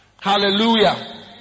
Hallelujah